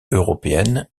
européenne